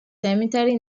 cemetery